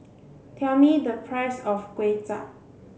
tell me the price of Kuay Chap